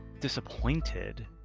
disappointed